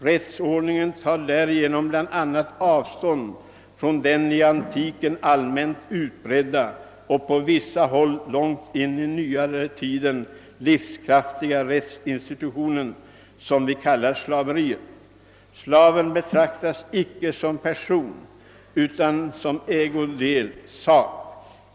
Rättsordningen tar därigenom bland annat avstånd från den i antiken allmänt utbredda och på vissa håll långt in i nyare tiden livskraftiga rättsinstitutionen, som vi kallar slaveriet; slaven betraktades icke som person utan som ägodel, sak.